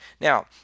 Now